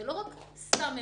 זה לא סתם ממונה.